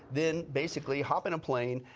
then basically hop in a plane,